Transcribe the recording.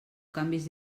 canvis